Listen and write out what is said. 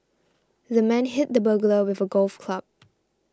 the man hit the burglar with a golf club